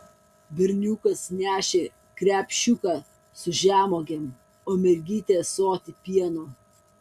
berniukas nešė krepšiuką su žemuogėm o mergytė ąsotį pieno